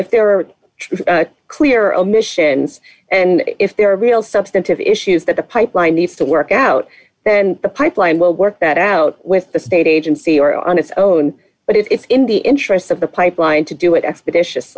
if there are clear omissions and if there are real substantive issues that the pipeline needs to work out then the pipeline will work that out with the state agency or on its own but it's in the interests of the pipeline to do it expeditious